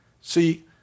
See